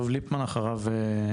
דב ליפמן, בבקשה.